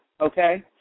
okay